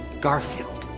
garfield.